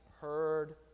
heard